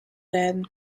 rêden